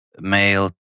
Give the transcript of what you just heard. Male